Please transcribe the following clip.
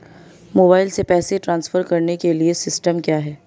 Mobile से पैसे transfer करने के लिए सिस्टम क्या है?